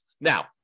Now